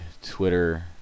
Twitter